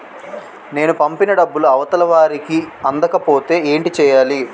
నేను పంపిన డబ్బులు అవతల వారికి అందకపోతే ఏంటి చెయ్యాలి?